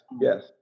yes